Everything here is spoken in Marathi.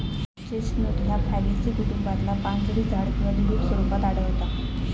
चेस्टनट ह्या फॅगेसी कुटुंबातला पानझडी झाड किंवा झुडुप स्वरूपात आढळता